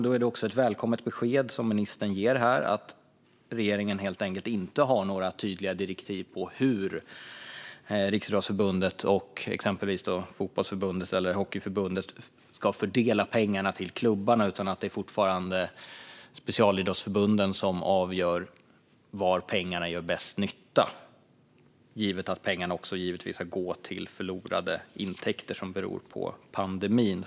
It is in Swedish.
Då är det också ett välkommet besked från ministern att regeringen inte har några tydliga direktiv för hur Riksidrottsförbundet och exempelvis fotbolls eller hockeyförbundet ska fördela pengarna till klubbarna utan att det fortfarande är specialidrottsförbunden som avgör var pengarna gör bäst nytta, givet att pengarna givetvis ska kompensera för förlorade intäkter på grund av pandemin.